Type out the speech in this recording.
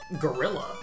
gorilla